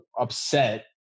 upset